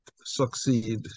succeed